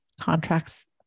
contracts